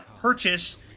purchase